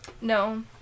No